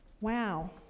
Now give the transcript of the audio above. Wow